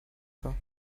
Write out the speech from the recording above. pas